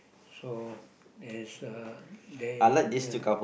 so there's uh there yeah